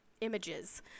images